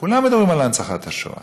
כולם מדברים על הנצחת השואה